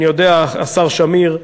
השר שמיר,